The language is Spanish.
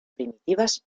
primitivas